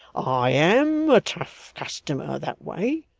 i am a tough customer that way.